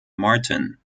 martin